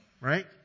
right